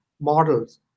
models